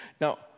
Now